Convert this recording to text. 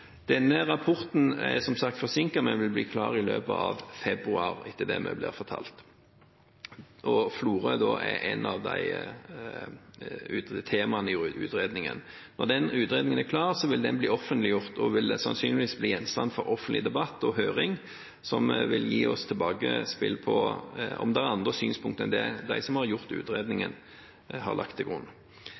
Denne rapporten er som sagt forsinket, men vil bli klar i løpet av februar, etter det vi blir fortalt, og Florø er da et av de temaene i utredningen. Når den utredningen er klar, vil den bli offentliggjort og vil sannsynligvis bli gjenstand for offentlig debatt og høring, som vil gi oss innspill på om det er andre synspunkt enn det de som har gjort utredningen, har lagt til grunn.